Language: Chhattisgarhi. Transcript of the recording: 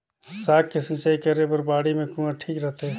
साग के सिंचाई करे बर बाड़ी मे कुआँ ठीक रहथे?